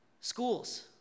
Schools